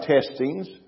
testings